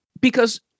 because-